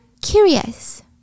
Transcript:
Curious